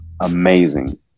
amazing